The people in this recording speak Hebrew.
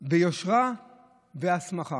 יושרה והסמכה,